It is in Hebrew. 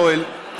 יואל,